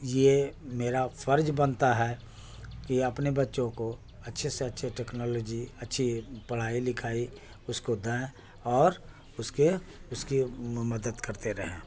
یہ میرا فرض بنتا ہے کہ اپنے بچوں کو اچھے سے اچھے ٹیکنالوجی اچھی پڑھائی لکھائی اس کو دیں اور اس کے اس کی مدد کرتے رہیں